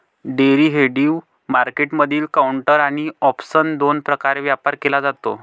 derivative मार्केटमधील counter आणि option दोन प्रकारे व्यापार केला जातो